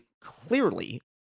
clearly